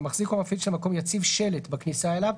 המחזיק או המפעיל של המקום יציב שלט בכניסה אליו,